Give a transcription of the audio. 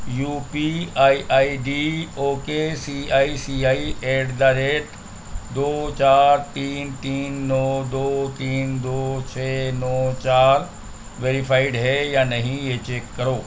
you P I I D O K C I C I at the rate دو چار تین تین نو دو تین دو چھ نو چار ویریفائڈ ہے یا نہیں یہ چیک کرو